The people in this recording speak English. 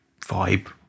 vibe